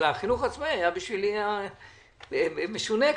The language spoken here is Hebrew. אבל החינוך העצמאי היה בשבילי משונה קצת,